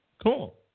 Cool